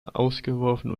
ausgeworfen